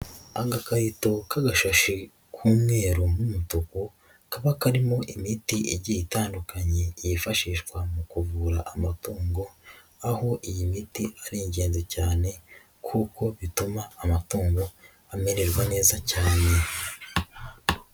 Agakarito k'agashashi k'umweru n'umutuku, kaba karimo imiti igiye itandukanye yifashishwa mu kuvura amatongo aho iyi miti ari ingenzi cyane kuko bituma amatungo amererwa neza cyane.